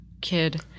kid